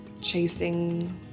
chasing